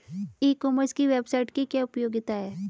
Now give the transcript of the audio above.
ई commerce की website की क्या उपयोगिता है?